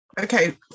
Okay